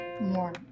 more